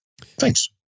Thanks